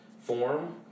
form